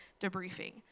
debriefing